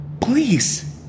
Please